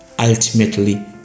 ultimately